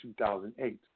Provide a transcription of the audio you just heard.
2008